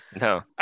No